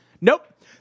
nope